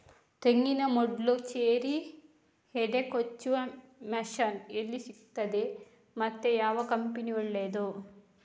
ತೆಂಗಿನ ಮೊಡ್ಲು, ಚೇರಿ, ಹೆಡೆ ಕೊಚ್ಚುವ ಮಷೀನ್ ಎಲ್ಲಿ ಸಿಕ್ತಾದೆ ಮತ್ತೆ ಯಾವ ಕಂಪನಿ ಒಳ್ಳೆದು?